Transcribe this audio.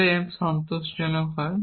তাহলে যদি f সন্তোষজনক হয়